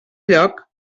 lloc